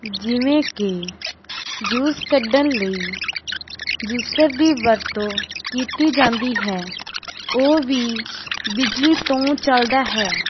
ਜਿਵੇਂ ਕਿ ਜੂਸ ਕੱਢਣ ਲਈ ਜੂਸਰ ਦੀ ਵਰਤੋਂ ਕੀਤੀ ਜਾਂਦੀ ਹੈ ਉਹ ਵੀ ਬਿਜਲੀ ਤੋਂ ਚੱਲਦਾ ਹੈ